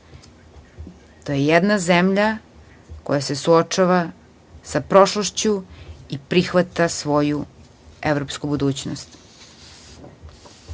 To je jedna zemlja koja se suočava sa prošlošću i prihvata svoju evropsku